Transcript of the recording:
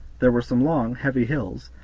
there were some long, heavy hills,